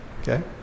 Okay